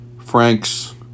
Frank's